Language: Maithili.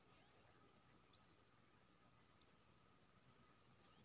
स्प्रेयर सँ सगरे समान रुप सँ छीटब मे मदद भेटै छै